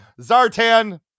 Zartan